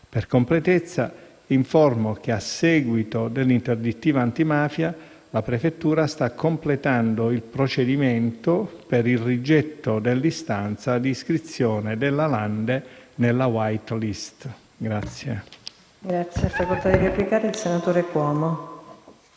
Per completezza, informo che, a seguito dell'interdittiva antimafia, la prefettura sta completando il procedimento per il rigetto dell'istanza di iscrizione della Lande nelle *white list*.